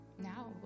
now